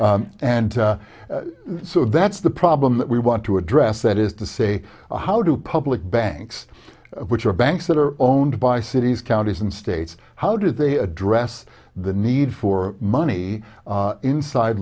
there and so that's the problem that we want to address that is to say how do public banks which are banks that are owned by cities counties and states how do they address the need for money inside